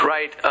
Right